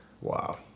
Wow